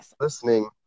listening